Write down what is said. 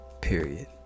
period